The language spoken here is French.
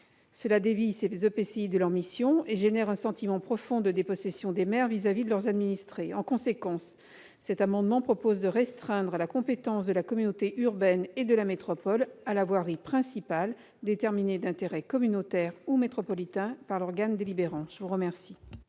à détourner ces EPCI de leur mission et génère un sentiment profond de dépossession des maires vis-à-vis de leurs administrés. En conséquence, cet amendement vise à restreindre la compétence de la communauté urbaine et de la métropole à la voirie principale, déterminée d'intérêt communautaire ou métropolitain par l'organe délibérant. Le sous-amendement